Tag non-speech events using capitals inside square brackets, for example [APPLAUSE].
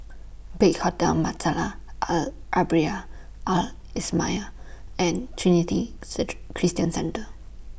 Big Hotel [UNINTELLIGIBLE] Al [UNINTELLIGIBLE] Al Islamiah and Trinity [UNINTELLIGIBLE] Christian Centre